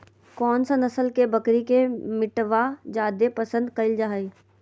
कौन सा नस्ल के बकरी के मीटबा जादे पसंद कइल जा हइ?